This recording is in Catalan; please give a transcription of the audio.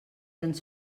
ens